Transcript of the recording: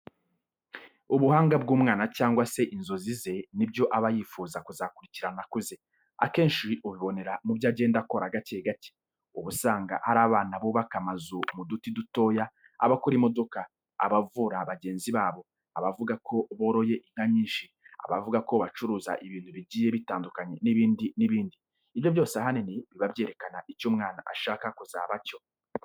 Ubuhanga bw'umwana cyangwa se inzozi ze n'ibyo aba yifuza kuzakurikirana akuze, akenshi ubibonera mu byo agenda akora gake gake. Uba usanga hari abana bubaka amazu mu duti dutoya, abakora imodoka, abavura bagenzi babo, abavuga ko boroye inka nyinshi, abavuga ko bacuruza ibintu bigiye bitandukanye n'ibindi n'ibindi. Ibyo byose ahanini biba byerekana icyo umwana ashaka kuzaba cyo.